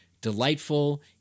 delightful